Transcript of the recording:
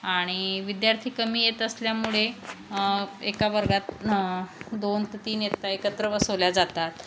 आणि विद्यार्थी कमी येत असल्यामुळे एका वर्गात दोन ते तीन इयत्ता एकत्र बसवल्या जातात